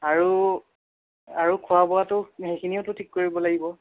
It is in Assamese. আৰু আৰু খোৱা বোৱাটো সেইখিনিওটো ঠিক কৰিব লাগিব